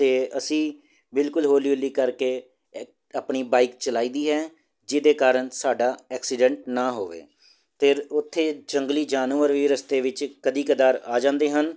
ਅਤੇ ਅਸੀਂ ਬਿਲਕੁਲ ਹੌਲੀ ਹੌਲੀ ਕਰਕੇ ਇ ਆਪਣੀ ਬਾਈਕ ਚਲਾਈ ਦੀ ਹੈ ਜਿਹਦੇ ਕਾਰਨ ਸਾਡਾ ਐਕਸੀਡੈਂਟ ਨਾ ਹੋਵੇ ਅਤੇ ਉੱਥੇ ਜੰਗਲੀ ਜਾਨਵਰ ਵੀ ਰਸਤੇ ਵਿੱਚ ਕਦੀ ਕਦਾਰ ਆ ਜਾਂਦੇ ਹਨ